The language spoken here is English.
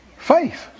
Faith